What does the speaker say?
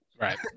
Right